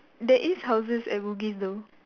there is houses at Bugis though